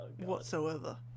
Whatsoever